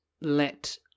let